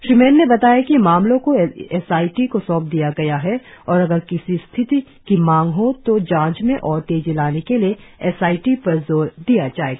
श्री मैन ने बताया कि मामले को एस आई टी को सौंप दिया गया है और अगर स्थिति की मांग हो तो जांच में और तेजी लाने के लिए एस आई टी पर जोर दिया जाएगा